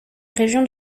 région